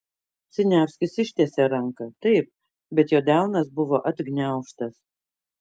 siniavskis ištiesė ranką taip bet jo delnas buvo atgniaužtas